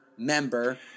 member